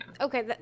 okay